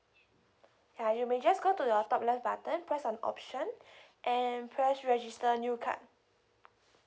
ya you may just go to your top left button press on option and press register new card